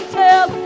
tell